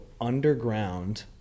underground